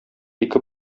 ике